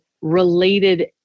related